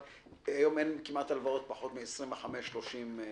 היום אין כמעט הלוואות שהן לפחות מ-25 30 שנים,